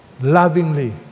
lovingly